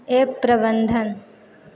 app प्रबंधन